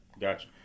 Gotcha